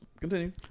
continue